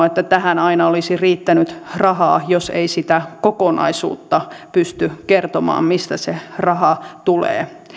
että tähän aina olisi riittänyt rahaa jos ei sitä kokonaisuutta pysty kertomaan mistä se raha tulee